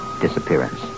disappearance